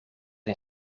een